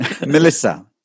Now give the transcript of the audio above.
Melissa